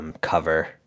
cover